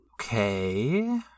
Okay